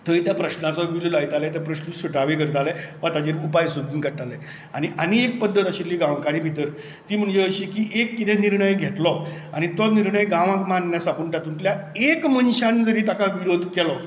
थंय त्या प्रस्नांचो विलो लायताले ते प्रस्न सुटावे करताले वा ताचेर उपाय सोदून काडटाले आनी आनी एक पद्दत आशिल्ली गांवकारी भितर ती म्हणजे अशी की एक किदें निर्णय घेतलो आनी तो निर्णय गांवाक मान्य आसा पूण तातूतल्यान एक मनशान जरी ताका विरोध केलो